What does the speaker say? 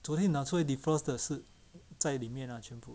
昨天拿出来 defrost 的是在里面 ah 全部